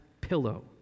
pillow